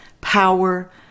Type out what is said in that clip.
power